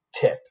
tip